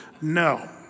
No